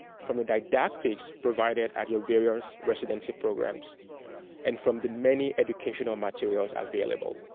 from the didactics provided at your various residency programs and from the many educational materials available.